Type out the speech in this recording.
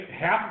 half